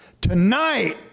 tonight